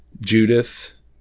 Judith